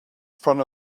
front